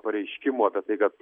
pareiškimų apie tai kad